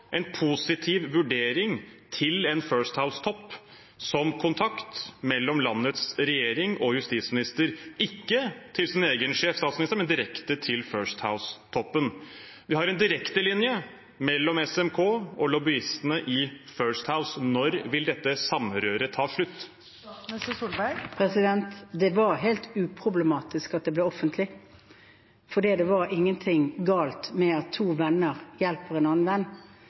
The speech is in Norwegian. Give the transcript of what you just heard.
en positiv vurdering til en First House-topp som kontakt mellom landets regjering og landets justisminister – ikke til sin egen sjef, statsministeren, men direkte til First House-toppen. Vi har en direktelinje mellom SMK og lobbyistene i First House. Når vil dette samrøret ta slutt? Det var helt uproblematisk at det ble offentlig, for det var ingenting galt med at to venner hjalp en annen venn,